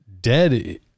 dead